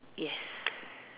yes